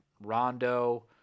Rondo